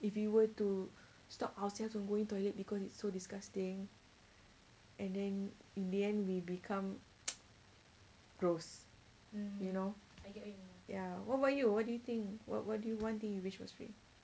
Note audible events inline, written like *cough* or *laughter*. if we were to stop ourselves from going toilet because it's so disgusting and then in the end we become *noise* gross you know ya what about you what do you think what what do you one thing you wish was free